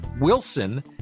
Wilson